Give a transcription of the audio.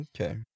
Okay